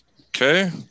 Okay